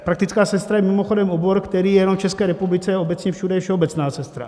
Praktická sestra je mimochodem obor, který je jenom v České republice, obecně všude je všeobecná sestra.